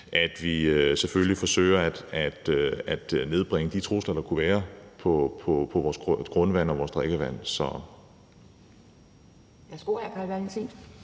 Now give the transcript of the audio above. at vi forsøger at nedbringe de trusler, der kunne være for vores grundvand og vores drikkevand,